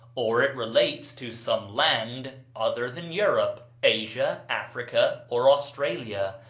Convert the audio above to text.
or it relates to some land other than europe, asia, africa, or australia,